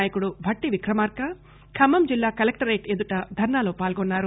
నాయకుడు భట్టి విక్రమార్క ఖమ్మం జిల్లా కలెక్టరేట్ ఎదుట ధర్నాలో పాల్గొన్నారు